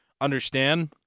understand